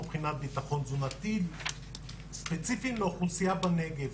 לא מבחינת ביטחון תזונתי ספציפית לאוכלוסייה בנגב.